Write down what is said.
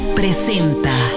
presenta